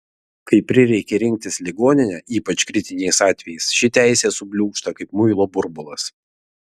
kai prireikia rinktis ligoninę ypač kritiniais atvejais ši teisė subliūkšta kaip muilo burbulas